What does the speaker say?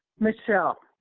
michelle,